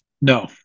No